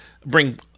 bring